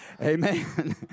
Amen